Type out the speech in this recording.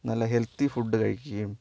നല്ല healthy food കഴിക്കുകയും